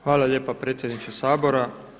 Hvala lijepa predsjedniče Sabora.